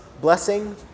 blessing